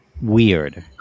weird